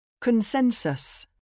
Consensus